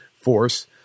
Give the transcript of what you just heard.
force